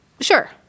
sure